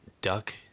duck